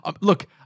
Look